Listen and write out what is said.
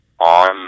on